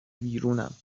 ویرونم